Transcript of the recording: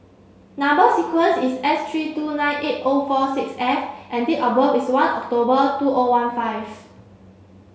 number sequence is S three two nine eight O four six F and date of birth is one October two O one five